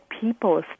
people